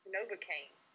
Novocaine